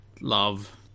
love